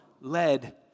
led